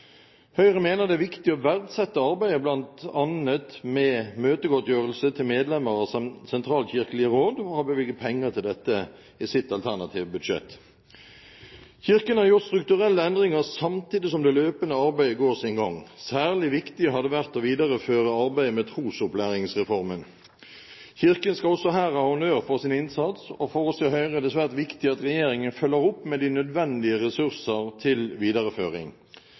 Høyre mener det er viktig å verdsette arbeidet bl.a. med møtegodtgjørelse til medlemmer av de sentralkirkelige råd, og har bevilget penger til dette i sitt alternative budsjett. Kirken har gjort strukturelle endringer samtidig som det løpende arbeidet går sin gang. Særlig viktig har det vært å videreføre arbeidet med trosopplæringsreformen. Kirken skal også her ha honnør for sin innsats, og for oss i Høyre er det svært viktig at regjeringen følger opp med de nødvendige ressurser til videreføring.